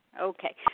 Okay